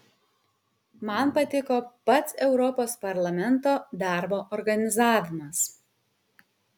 man patiko pats europos parlamento darbo organizavimas